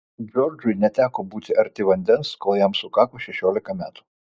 džordžui neteko būti arti vandens kol jam sukako šešiolika metų